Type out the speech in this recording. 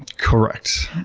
correct.